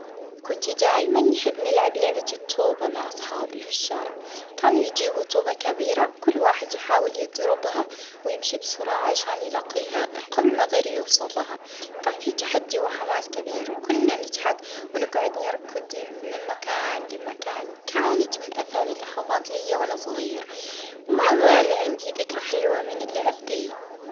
اه من أحب الذكريات وجقت كنا نلعب في النقازة في أنا والجيران صغار الجيران، اه نرسمه في خطوط عالأرض ونحاولوا اه نقعدوا أكتر اه وجت يعني ما نلمسوش الأرض.